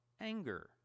anger